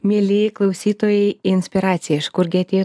mielieji klausytojai inspiracija iš kurgi atėjo